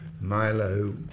Milo